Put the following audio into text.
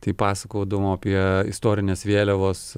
tai pasakodavom apie istorinės vėliavos